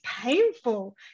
painful